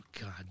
God